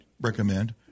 recommend